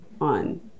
on